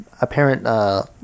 apparent